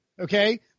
Okay